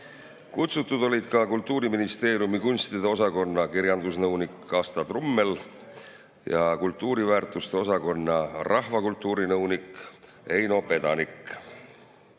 Kutsutud olid ka Kultuuriministeeriumi kunstide osakonna kirjandusnõunik Asta Trummel ja kultuuriväärtuste osakonna rahvakultuurinõunik Eino Pedanik. Eduard